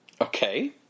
Okay